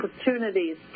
opportunities